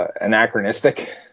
anachronistic